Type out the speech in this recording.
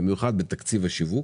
במיוחד בתקציב שיווק,